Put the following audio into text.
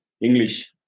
English